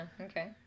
okay